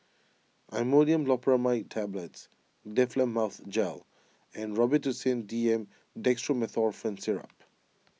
Imodium Loperamide Tablets Difflam Mouth Gel and Robitussin D M Dextromethorphan Syrup